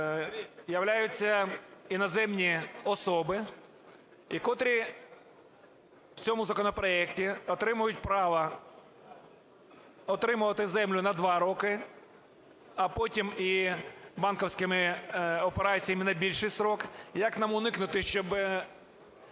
являються іноземні особи і котрі в цьому законопроекті отримують право отримувати землю на 2 роки, а потім і банківськими операціями на більший строк, як нам уникнути, щоб